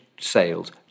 sales